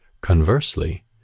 Conversely